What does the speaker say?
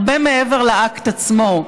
הרבה מעבר לאקט עצמו,